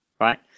right